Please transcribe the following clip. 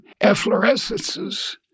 efflorescences